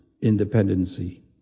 independency